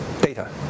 data